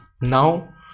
now